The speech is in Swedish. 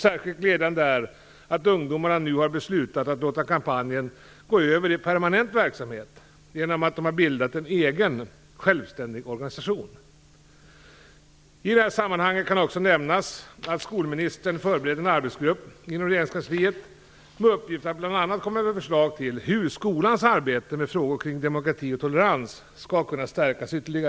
Särskilt glädjande är att ungdomarna nu har beslutat att låta kampanjen gå över i permanent verksamhet genom att de bildat en egen självständig organisation. I detta sammanhang kan också nämnas att skolministern förbereder en arbetsgrupp inom regeringskansliet med uppgift att bl.a. komma med förslag till hur skolans arbete med frågor kring demokrati och tolerans skall kunna stärkas.